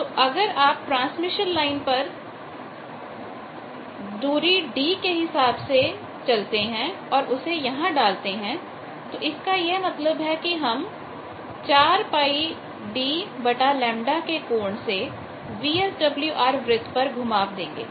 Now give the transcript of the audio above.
तो अगर आप ट्रांसमिशन लाइन पर चली हुई इस दूरी d को यहां डालते हैं इसका मतलब है कि हम 4 πd λ के कोण से VSWR वृत्त पर घुमाव देंगे